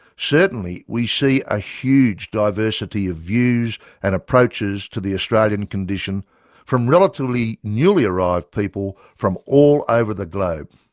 certainly we see a huge diversity of views and approaches to the australian condition from relatively newly-arrived people from all over the globe.